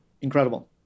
Incredible